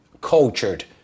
cultured